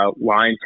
line